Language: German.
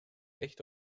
echte